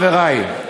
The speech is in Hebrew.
חברי,